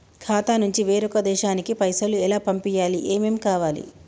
ఖాతా నుంచి వేరొక దేశానికి పైసలు ఎలా పంపియ్యాలి? ఏమేం కావాలి?